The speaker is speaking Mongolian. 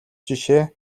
жишээ